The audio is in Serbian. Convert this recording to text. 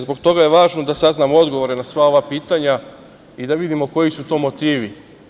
Zbog toga je važno da saznamo odgovore na sva ova pitanja i da vidimo koji su to motivi.